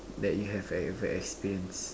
that you have ever experience